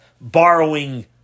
Borrowing